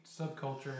subculture